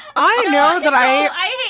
i know that i